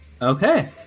Okay